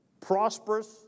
prosperous